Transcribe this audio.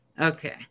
Okay